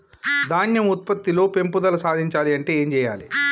ధాన్యం ఉత్పత్తి లో పెంపుదల సాధించాలి అంటే ఏం చెయ్యాలి?